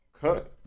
Cut